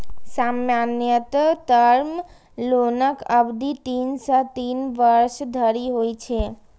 सामान्यतः टर्म लोनक अवधि तीन सं तीन वर्ष धरि होइ छै